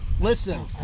listen